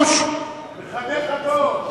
מחנך הדור.